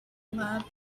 lab